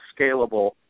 scalable